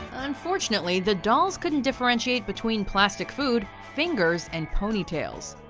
unfortunately the dolls couldn't differentiate between plastic food, fingers and ponytails.